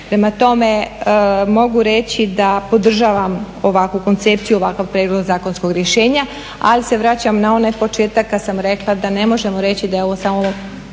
Prema tome, mog reći da podržavam ovakvu koncepciju ovakav prijedlog zakonskog rješenja ali se vraćam na onaj početak kada sam rekla da ne možemo reći da je ovo samo